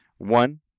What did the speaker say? one